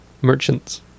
merchants